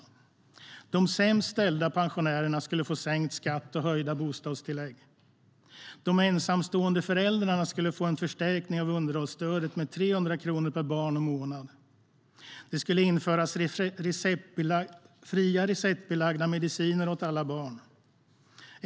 De sämst ställda pensionärerna skulle få sänkt skatt och höjda bostadstillägg. De ensamstående föräldrarna skulle få en förstärkning av underhållsstödet med 300 kronor per barn och månad. Det skulle införas fria receptbelagda mediciner åt alla barn.